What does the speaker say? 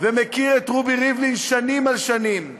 ומכיר את רובי ריבלין שנים על שנים,